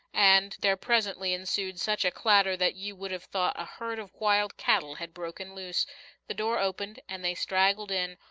and there presently ensued such a clatter that you would have thought a herd of wild cattle had broken loose the door opened, and they straggled in,